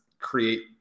Create